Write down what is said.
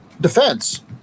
defense